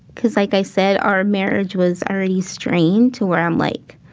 cause like i said, our marriage was already strained to where i'm like,